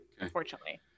unfortunately